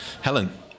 Helen